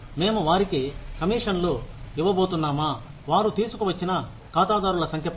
మేము వారికి కమిషన్లు ఇవ్వబోతున్నామా వారు తీసుకువచ్చిన ఖాతాదారుల సంఖ్యపై